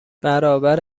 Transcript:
برابر